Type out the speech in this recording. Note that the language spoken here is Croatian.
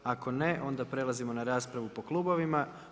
Ako ne, onda prelazimo na raspravu po klubovima.